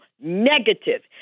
negative